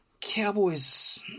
Cowboys